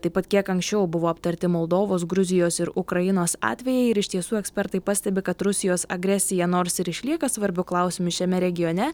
taip pat kiek anksčiau buvo aptarti moldovos gruzijos ir ukrainos atvejai ir iš tiesų ekspertai pastebi kad rusijos agresija nors ir išlieka svarbiu klausimu šiame regione